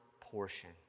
portion